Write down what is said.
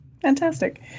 fantastic